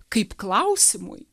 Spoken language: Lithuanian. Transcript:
kaip klausimui